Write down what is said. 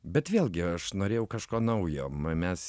bet vėlgi aš norėjau kažko naujo mes